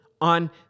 on